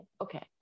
Okay